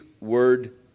word